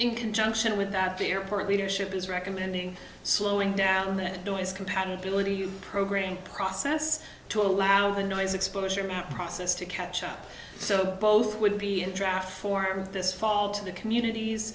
in conjunction with that the airport leadership is recommending slowing down that do is compatibility program process to allow the noise exposure map process to catch up so both would be and draft for this fall to the communities